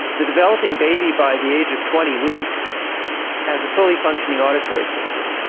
the developing baby by the age of twenty weeks has a fully functioning auditory system.